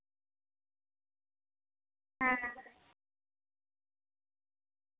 ᱦᱮᱸ